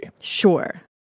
Sure